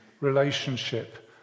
relationship